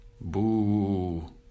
boo